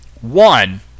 One